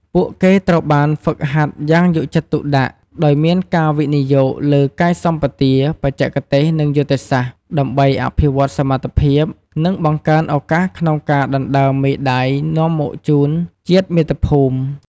ពួកគេត្រូវបានហ្វឹកហាត់យ៉ាងយកចិត្តទុកដាក់ ដោយមានការវិនិយោគលើកាយសម្បទា បច្ចេកទេស និងយុទ្ធសាស្ត្រ ដើម្បីអភិវឌ្ឍសមត្ថភាព និងបង្កើនឱកាសក្នុងការដណ្ដើមមេដាយនាំមកជូនជាតិមាតុភូមិ។